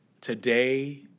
today